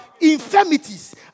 infirmities